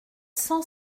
cent